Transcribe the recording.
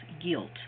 guilt